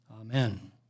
Amen